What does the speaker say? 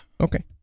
Okay